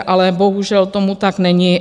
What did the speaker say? Ale bohužel tomu tak není.